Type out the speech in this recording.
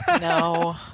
No